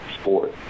sport